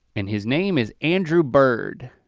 and his name is andrew bird.